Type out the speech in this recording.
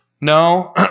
No